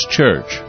Church